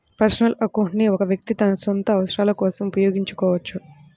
personal account ని ఒక వ్యక్తి తన సొంత అవసరాల కోసం ఉపయోగించుకోవచ్చు